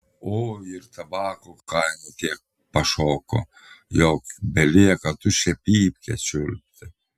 o ir tabako kaina tiek pašoko jog belieka tuščią pypkę čiulpti